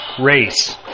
race